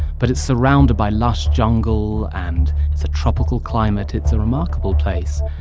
but it's surrounded by lush jungle, and it's a tropical climate. it's a remarkable place.